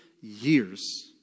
years